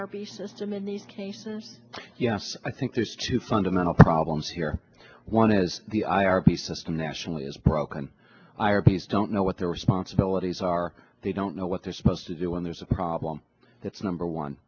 b system in these cases yes i think there's two fundamental problems here one is the i r b system nationally is broken i replace don't know what their responsibilities are they don't know what they're supposed to do when there's a problem that's number one